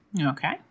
Okay